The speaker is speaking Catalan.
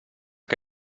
que